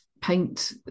paint